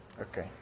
Okay